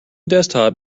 desktop